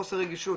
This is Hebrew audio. חוסר רגישות,